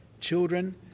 children